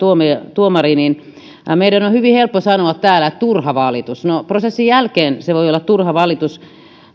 tuomari meidän on hyvin helppo sanoa täällä että turha valitus no prosessin jälkeen se voi olla turha valitus